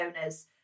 owners